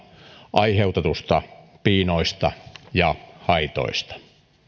aiheutetuista piinoista ja haitoista